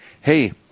hey